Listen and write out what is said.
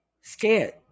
Scared